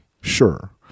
Sure